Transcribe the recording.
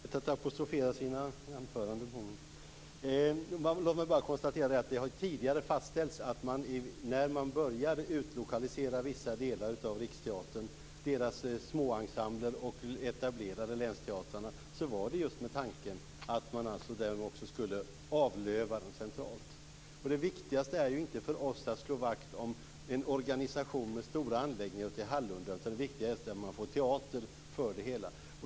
Fru talman! Låt mig bara konstatera att det har tidigare fastställts att tanken, när man började utlokalisera vissa delar av Riksteatern, deras småensemblen och etablerade länsteatrar, var att man därmed skulle avlöva det centralt. Det viktigaste för oss är inte att slå vakt om en organisation med stora anläggningar i Hallunda. Det viktigaste är att man får teater för det hela.